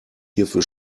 hierfür